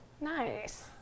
Nice